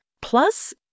Plus